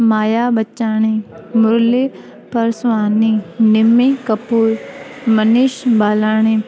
Maya Bachani Murli Parswani Nimi Kapoor Manish Balani